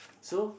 so